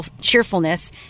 cheerfulness